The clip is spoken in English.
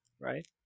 right